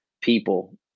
people